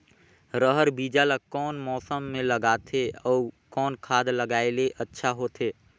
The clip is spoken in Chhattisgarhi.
रहर बीजा ला कौन मौसम मे लगाथे अउ कौन खाद लगायेले अच्छा होथे?